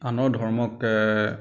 আনৰ ধৰ্মক